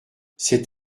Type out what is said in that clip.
cet